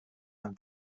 ein